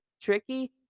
tricky